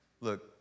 Look